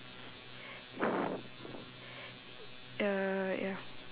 ya ya